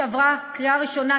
כשעברה קריאה ראשונה,